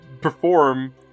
perform